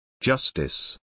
Justice